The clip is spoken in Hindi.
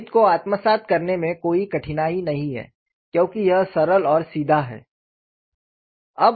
गणित को आत्मसात करने में कोई कठिनाई नहीं है क्योंकि यह सरल और सीधा है